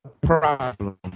problem